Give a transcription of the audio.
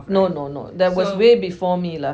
no no no that was way before me lah